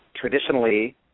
traditionally